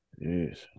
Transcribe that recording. Yes